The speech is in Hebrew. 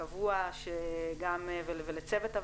חד משמעית.